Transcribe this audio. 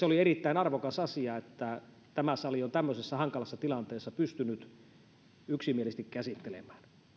oli erittäin arvokas asia että tämä sali on tämmöisessä hankalassa tilanteessa pystynyt yksimielisesti käsittelemään